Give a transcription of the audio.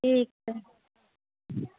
ठीक छै